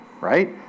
right